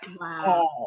Wow